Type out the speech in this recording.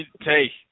Hey